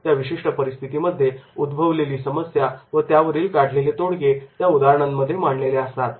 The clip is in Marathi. त्या विशिष्ट परिस्थितीमध्ये उद्भवलेली समस्या व त्यावरील काढलेले तोडगे त्या उदाहरणांमध्ये मांडलेले असतात